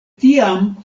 tiam